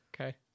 Okay